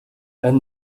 and